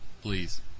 Please